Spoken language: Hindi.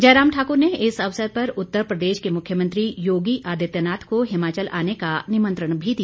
जयराम ठाकुर ने इस अवसर पर उत्तर प्रदेश के मुख्यमंत्री योगी आदित्यनाथ को हिमाचल आने का निमंत्रण भी दिया